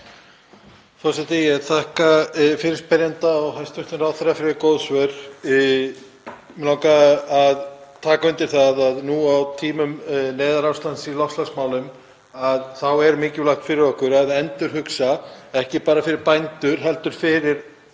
Forseti. Ég þakka fyrirspyrjanda og hæstv. ráðherra fyrir góð svör. Mig langar að taka undir það að nú á tímum neyðarástands í loftslagsmálum er mikilvægt fyrir okkur að endurhugsa, ekki bara fyrir bændur heldur fyrir